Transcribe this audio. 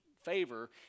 Favor